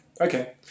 Okay